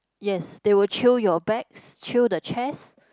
yes they will chew your bags chew the chairs